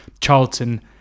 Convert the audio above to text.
Charlton